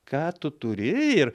ką tu turi ir